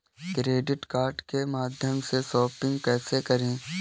Credit card के माध्यम से शॉपिंग कैसे करें?